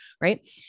Right